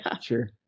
Sure